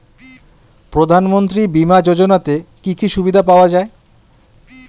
প্রধানমন্ত্রী বিমা যোজনাতে কি কি সুবিধা পাওয়া যায়?